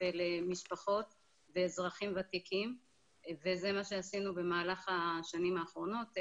ולמשפחות ואזרחים ותיקים וזה מה שעשינו במהלך השנים האחרונות.